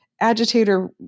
agitator